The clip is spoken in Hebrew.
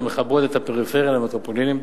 המחברות את הפריפריה למטרופולינים,